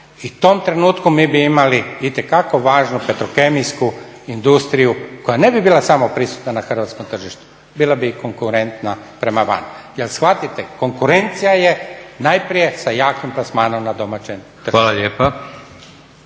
u tom trenutku mi bi imali itekako važnu petrokemijsku industriju koja ne bi bila samo prisutna na hrvatskom tržištu, bila bi i konkurentna prema van. Jer shvatite, konkurencija je najprije sa jakim plasmanom na domaćem tržištu. **Leko,